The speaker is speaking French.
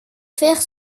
faire